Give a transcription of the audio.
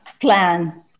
plan